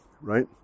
right